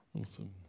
Awesome